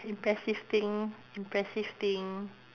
impressive thing impressive thing